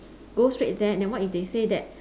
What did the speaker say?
go straight there then what if they say that